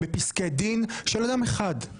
בפסקי דין של אדם אחד.